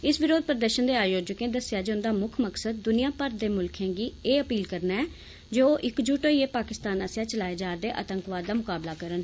इस विरोध प्रदर्षन दे आयोजकें दस्सेआ जे उन्दा मुक्ख मकसद दुनियाभर दे मुल्खें गी एह अपील करना ऐ जे ओह इकजुट होइयै पाकिस्तान आस्सेआ चलाए जार'दे आतंकवाद दा मुकाबला करन